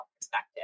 perspective